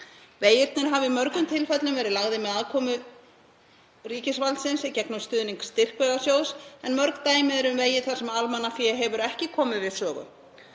Vegirnir hafa í mörgum tilfellum verið lagðir með aðkomu ríkisvaldsins í gegnum stuðning styrkvegasjóðs en mörg dæmi eru um vegi þar sem almannafé hefur ekki komið við sögu.